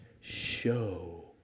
show